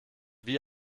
wie